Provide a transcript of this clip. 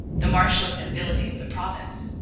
the marshal of nobility of the province,